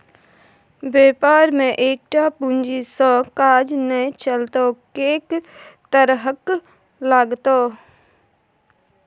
बेपार मे एकटा पूंजी सँ काज नै चलतौ कैक तरहक लागतौ